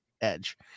edge